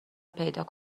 پیدا